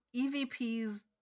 EVPs